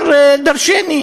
אומר דורשני.